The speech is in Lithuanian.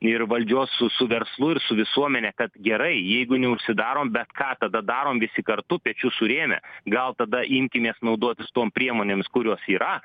ir valdžios su verslu ir su visuomene kad gerai jeigu neužsidarom bet ką tada darom visi kartu pečius surėmę gal tada imkimės naudotis tom priemonėms kurios yra